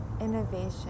innovation